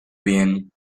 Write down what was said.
bien